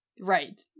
Right